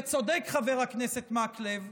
וצודק חבר הכנסת מקלב,